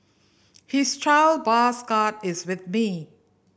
his child bus card is with me